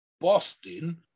Boston